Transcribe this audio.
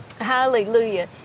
Hallelujah